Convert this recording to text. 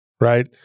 right